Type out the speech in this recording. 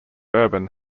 urban